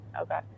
Okay